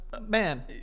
man